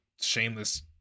shameless